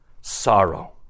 sorrow